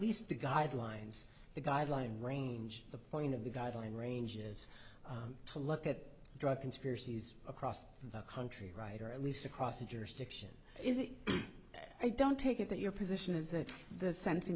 least the guidelines the guideline range the point of the guideline range is to look at drug conspiracies across the country right or at least across a jurisdiction is it i don't take it that your position is that the sensing